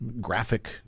graphic